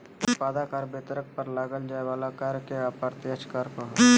उत्पादक आर वितरक पर लगाल जाय वला कर के अप्रत्यक्ष कर कहो हइ